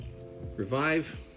Revive